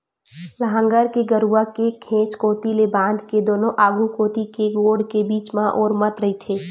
लांहगर ह गरूवा के घेंच कोती ले बांध के दूनों आघू कोती के गोड़ के बीच म ओरमत रहिथे